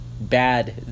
bad